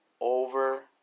over